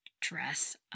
dress